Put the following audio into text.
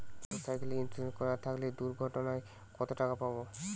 Motorcycle insurance করা থাকলে দুঃঘটনায় কতটাকা পাব?